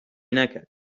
نکرد